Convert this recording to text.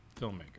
filmmaker